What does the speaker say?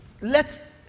Let